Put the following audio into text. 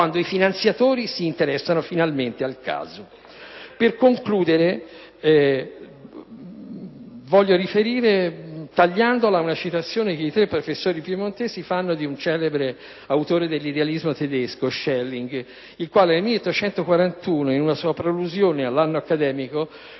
quando i finanziatori si interessano finalmente al caso». Per concludere, voglio riferire anche una citazione che i tre professori piemontesi fanno di un celebre autore dell'idealismo tedesco, Schelling, il quale, nel 1841, in una sua prolusione all'anno accademico